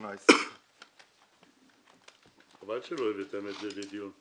2018. חבל שלא הבאתם את זה לדיון בוועדה.